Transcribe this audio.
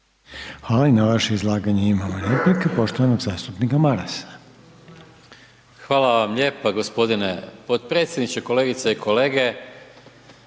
Hvala i na vaše izlaganje imamo repliku poštovanog zastupnika Marasa. **Maras, Gordan (SDP)** Hvala vam lijepa gospodine potpredsjedniče, kolegice i kolege,